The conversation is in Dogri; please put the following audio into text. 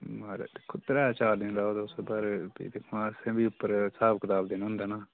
महाराज दिक्खो त्रै चार दिन रवो तुस पर फ्ही दिक्खो हां असें बी उप्पर स्हाब कताब देना होंदा ना